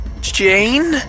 Jane